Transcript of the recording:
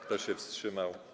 Kto się wstrzymał?